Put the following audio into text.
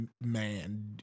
man